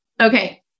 Okay